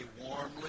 warmly